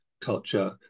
culture